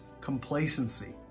complacency